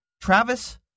Travis